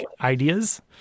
ideas